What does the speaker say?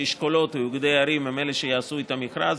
שאשכולות או איגודי ערים הם שיעשו את המכרז,